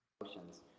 emotions